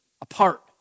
apart